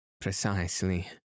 Precisely